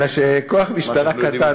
אלא שכוח משטרה קטן, מה?